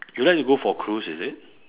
you like to go for cruise is it